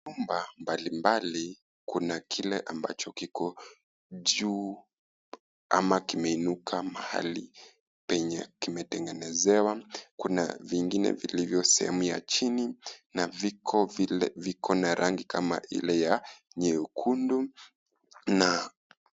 Nyumba mbalimbali. Kuna kile ambacho kiko juu ama kimeinuka mahali penye kimetengenezewa. Kuna vingine vilivyo sehemu ya chini na viko vile, viko na rangi kama ile ya nyekundu na...